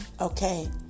Okay